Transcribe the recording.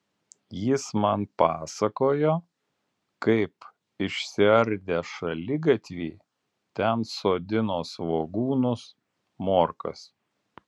jis man pasakojo kaip išsiardę šaligatvį ten sodino svogūnus morkas